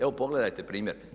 Evo pogledajte primjer.